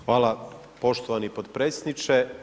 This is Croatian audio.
Hvala poštovani potpredsjedniče.